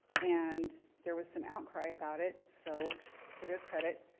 and there was some outcry about it. so to their credit,